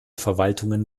verwaltungen